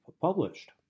published